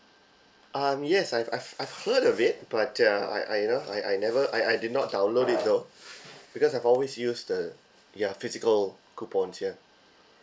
um yes I've I've I've heard of it but uh I I you know I I never I I did not download it though because I've always used the ya physical coupons ya